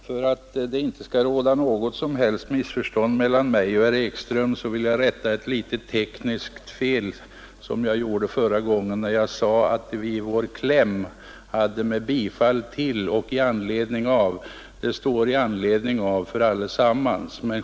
Herr talman! För att det inte skall råda något som helst missförstånd mellan mig och herr Ekström vill jag rätta ett litet tekniskt fel som jag gjorde i mitt förra anförande. Jag sade att vi i reservationens kläm hade skrivit både ”med bifall till” och ”i anledning av” motionerna. Det står ”i anledning av” på alla punkter.